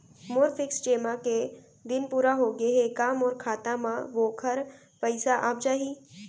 मोर fix जेमा के दिन पूरा होगे हे का मोर खाता म वोखर पइसा आप जाही?